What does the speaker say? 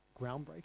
groundbreaking